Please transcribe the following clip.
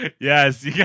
Yes